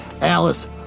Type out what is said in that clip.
Alice